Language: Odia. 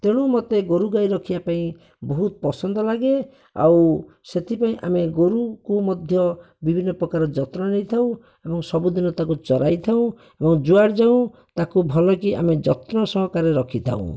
ତେଣୁ ମୋତେ ଗୋରୁଗାଈ ରଖିବାପାଇଁ ବହୁତ୍ ପସନ୍ଦ ଲାଗେ ଆଉ ସେଥିପାଇଁ ଆମେ ଗୋରୁକୁ ମଧ୍ୟ ବିଭିନ୍ନ ପ୍ରକାର ଯତ୍ନ ନେଇଥାଉ ଏବଂ ସବୁଦିନ ତାକୁ ଚରାଇଥାଉଁ ଏବଂ ଯୁଆଡେ ଯାଉ ତାଙ୍କୁ ଭଲକି ଆମେ ଯତ୍ନ ସହକାରେ ରଖିଥାଉଁ